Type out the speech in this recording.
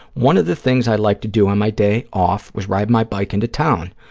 one of the things i like to do on my day off was ride my bike into town.